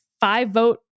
five-vote